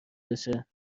بشه